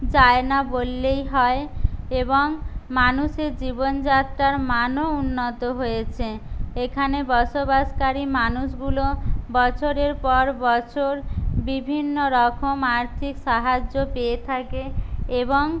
যায় না বললেই হয় এবং মানুষের জীবন যাত্রার মানও উন্নত হয়েছে এখানে বসবাসকারী মানুষগুলো বছরের পর বছর বিভিন্নরকম আর্থিক সাহায্য পেয়ে থাকে এবং